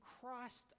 Christ